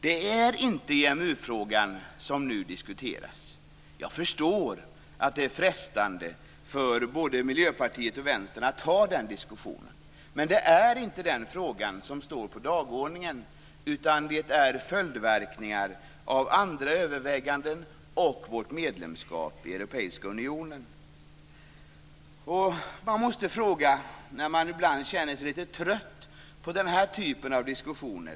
Det är inte EMU-frågan som nu diskuteras. Jag förstår att det är frestande för både Miljöpartiet och Vänstern att ta den diskussionen, men det är inte den frågan som står på dagordningen utan det är frågan om följdverkningar av andra överväganden och av vårt medlemskap i unionen. Ibland känner man sig litet trött på den här typen av diskussioner.